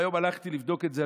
והיום הלכתי לבדוק את זה,